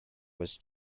was